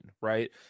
right